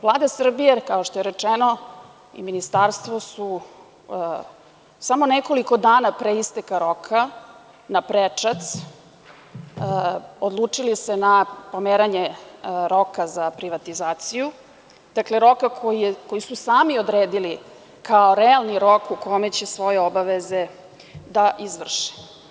Vlada Srbije, kao što je rečeno i Ministarstvu, su samo nekoliko dana pre isteka roka, naprečac odlučili se na pomeranje roka za privatizaciju, dakle roka koji su sami odredili kao realni rok u kome će svoje obaveze da izvrše.